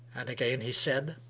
and again he said,